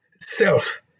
self